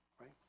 Right